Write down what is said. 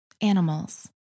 animals